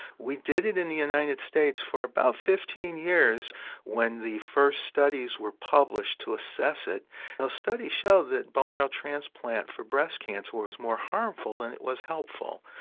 we did it in the united states for about fifteen years when the first studies were published to assess it and ah studies showed that bone marrow transplant for breast cancer was more harmful than it was helpful.